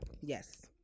Yes